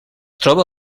troba